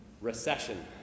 recession